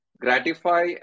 gratify